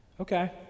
Okay